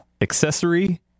accessory